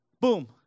Boom